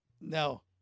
No